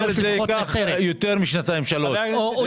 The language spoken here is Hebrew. זה ייקח יותר משנתיים שלוש,